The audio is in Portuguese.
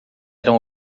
eram